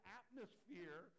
atmosphere